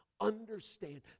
understand